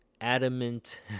adamant